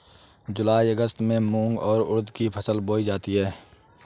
जूलाई अगस्त में मूंग और उर्द की फसल बोई जाती है